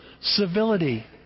civility